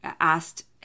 asked